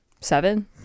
seven